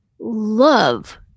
love